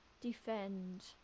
defend